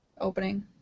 Opening